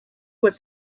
was